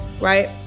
right